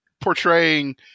portraying